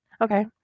Okay